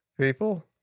people